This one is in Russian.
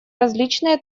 различные